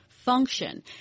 function